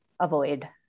avoid